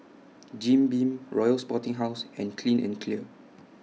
Jim Beam Royal Sporting House and Clean and Clear